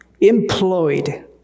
employed